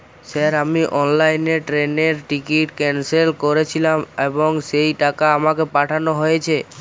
Sir আমি অনলাইনে ট্রেনের টিকিট ক্যানসেল করেছিলাম এবং সেই টাকা আমাকে পাঠানো হয়েছে?